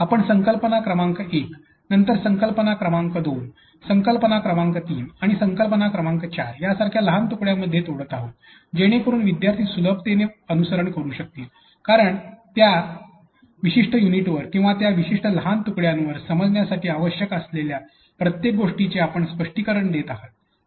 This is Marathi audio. आपण संकल्पना क्रमांक एक नंतर संकल्पना क्रमांक दोन संकल्पना क्रमांक तीन आणि संकल्पना क्रमांक चार यासारख्या लहान तुकड्यांमध्ये तोडत आहोत जेणेकरून विद्यार्थी सुलभतेने अनुसरण करू शकतील कारण त्या विशिष्ट युनिटवर किंवा त्या विशिष्ट लहान तुकड्यावर समजण्यासाठी आवश्यक असलेल्या प्रत्येक गोष्टिचे आपण स्पष्टीकरण देत आहात